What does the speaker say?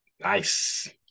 nice